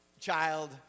child